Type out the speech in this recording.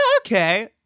Okay